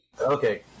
Okay